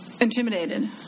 intimidated